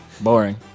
Boring